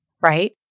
Right